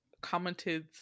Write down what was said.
commented